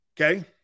Okay